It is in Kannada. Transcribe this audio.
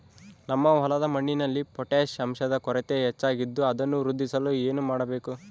ನಮ್ಮ ಹೊಲದ ಮಣ್ಣಿನಲ್ಲಿ ಪೊಟ್ಯಾಷ್ ಅಂಶದ ಕೊರತೆ ಹೆಚ್ಚಾಗಿದ್ದು ಅದನ್ನು ವೃದ್ಧಿಸಲು ಏನು ಮಾಡಬೇಕು?